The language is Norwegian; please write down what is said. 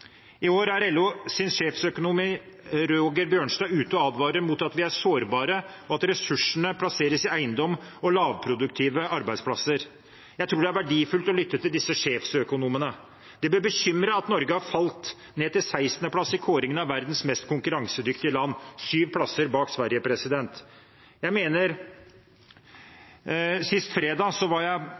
I år er LOs sjeføkonom, Roger Bjørnstad, ute og advarer om at vi er sårbare, og at ressursene plasseres i eiendom og lavproduktive arbeidsplasser. Jeg tror det er verdifullt å lytte til disse sjeføkonomene. Det bør bekymre at Norge har falt ned til 16.-plass i kåringen av verdens mest konkurransedyktige land, syv plasser bak Sverige. Sist fredag var jeg deltaker på NHOs ambassadørprogram for næringslivsledere i Vestfold og Telemark – en interessant møteplass. Jeg mener